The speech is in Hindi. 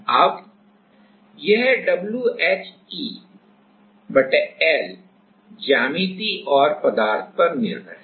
अब यह WHEL ज्यामिति और पदार्थ पर निर्भर हैं